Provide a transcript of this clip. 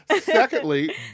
Secondly